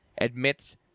admits